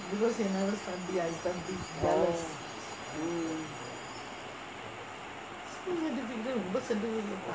oh mm